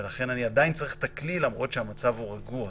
ולכן אני עדיין צריך את הכלי למרות שהמצב רגוע.